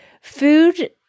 food